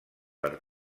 per